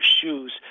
shoes